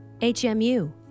HMU